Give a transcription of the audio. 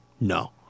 No